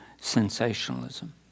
sensationalism